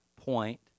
point